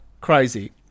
crazy